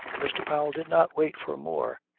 mr. powell did not wait for more.